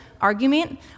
argument